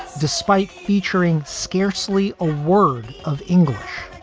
despite featuring scarcely a word of english.